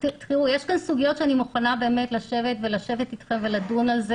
יש כאן סוגיות שאני מוכנה לשבת איתכם עליהן ולדון עליהן.